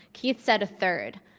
keith said a third.